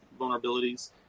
vulnerabilities